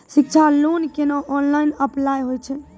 शिक्षा लोन केना online apply होय छै?